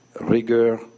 rigor